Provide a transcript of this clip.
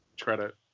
credit